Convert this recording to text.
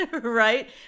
right